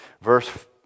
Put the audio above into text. Verse